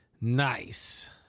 Nice